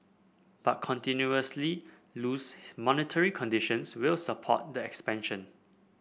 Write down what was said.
but continuously loose monetary conditions will support the expansion